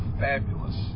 fabulous